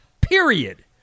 period